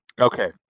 okay